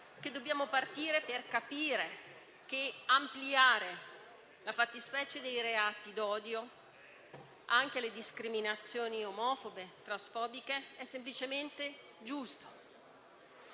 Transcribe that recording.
dobbiamo partire per capire che ampliare la fattispecie dei reati d'odio anche alle discriminazioni omofobe e transfobiche è semplicemente giusto.